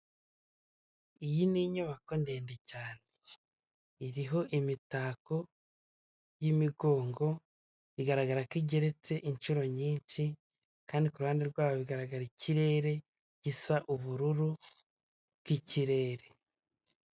Iyi ni inyubako ndende cyane. Iriho imitako y'imigongo igaragara ko igeretse inshuro nyinshi, kandi ku ruhande rwayo bigaragara ikirere gisa ubururu bw'ikirere.